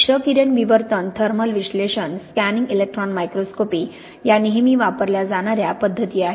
क्ष किरण विवर्तन थर्मल विश्लेषण स्कॅनिंग इलेक्ट्रॉन मायक्रोस्कोपी या नेहमी वापरल्या जाणाऱ्या पद्धती आहेत